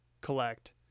collect